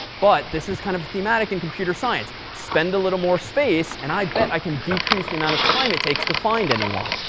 but this is kind of thematic in computer science spend a little more space, and i bet i can decrease the amount of time it takes to find anyone.